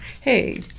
hey